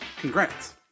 Congrats